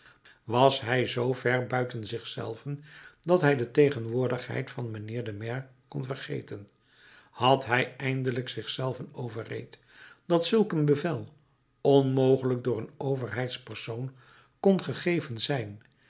was hij zoo ver buiten zich zelven dat hij de tegenwoordigheid van mijnheer den maire kon vergeten had hij eindelijk zich zelven overreed dat zulk een bevel onmogelijk door een overheidspersoon kon gegeven zijn